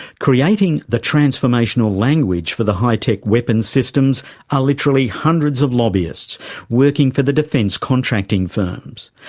creating the transformational language for the high-tech weapons systems are literally hundreds of lobbyists working for the defence contracting firms.